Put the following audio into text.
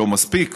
לא מספיק,